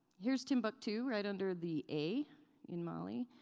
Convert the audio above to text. here's timbuktu, right under the a in mali.